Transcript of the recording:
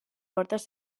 portes